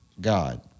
God